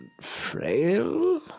Frail